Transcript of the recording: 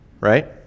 right